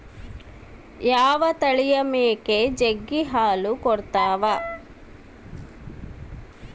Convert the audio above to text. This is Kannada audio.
ಯಾವ ತಳಿಯ ಮೇಕೆ ಜಗ್ಗಿ ಹಾಲು ಕೊಡ್ತಾವ?